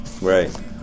Right